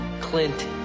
Clint